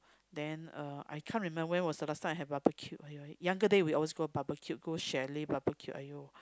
then uh I can't remember when was the last time I had barbeque I I younger day we always go barbecue go chalet barbecue !aiyo!